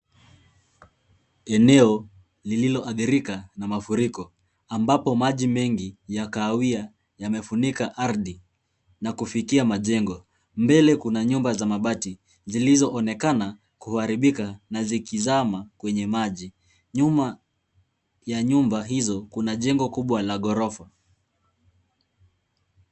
Eneo lililoadhirika na mafuriko ambapo maji mengi ya kahawia yamefunika ardhi na kufikia majengo. Mbele kuna nyumba za mabati zilizoonekana kuharibika na zikizama kwenye maji. Nyuma ya nyumba hizo kuna jengo kubwa la ghorofa.